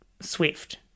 Swift